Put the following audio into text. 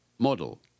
model